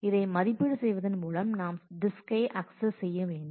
இதை மதிப்பீடு செய்வதன் மூலம் நாம் டிஸ்க்கை அக்சஸ் செய்ய வேண்டும்